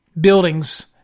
buildings